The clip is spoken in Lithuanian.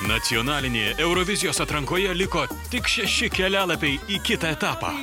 nacionalinėje eurovizijos atrankoje liko tik šeši kelialapiai į kitą etapą